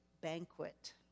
banquet